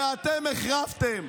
שאתם החרבתם.